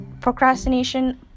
procrastination